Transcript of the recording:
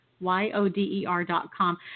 Y-O-D-E-R.com